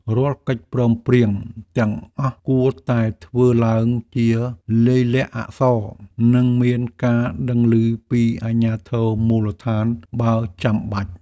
រាល់កិច្ចព្រមព្រៀងទាំងអស់គួរតែធ្វើឡើងជាលាយលក្ខណ៍អក្សរ និងមានការដឹងឮពីអាជ្ញាធរមូលដ្ឋានបើចាំបាច់។